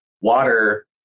Water